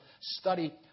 study